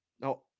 no